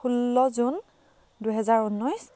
ষোল্ল জুন দুহেজাৰ ঊনৈছ